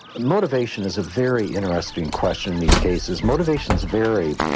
motivation is a very interesting question in these cases. motivations vary,